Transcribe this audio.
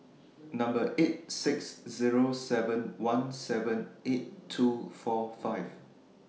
Number eight six Zero seven one seven eight two four five